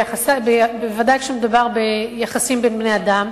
בוודאי כשמדובר ביחסים בין בני-אדם.